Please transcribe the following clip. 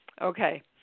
Okay